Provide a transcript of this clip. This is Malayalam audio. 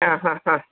ആ ഹാ ഹാ